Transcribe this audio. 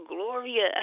Gloria